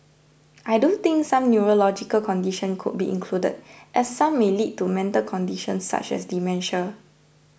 I do think some neurological conditions could be included as some may lead to mental conditions such as dementia